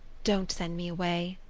don't send me away!